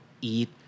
eat